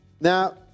Now